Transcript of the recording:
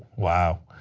wow.